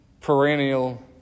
perennial –